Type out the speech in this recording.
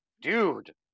dude